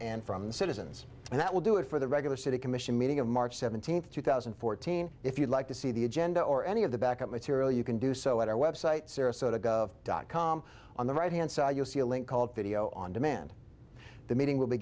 and from the citizens and that will do it for the regular city commission meeting of march seventeenth two thousand and fourteen if you'd like to see the agenda or any of the back up material you can do so at our website sarasota dot com on the right hand side you'll see a link called video on demand the meeting will be